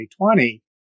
2020